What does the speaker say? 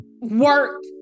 work